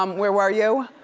um where were you?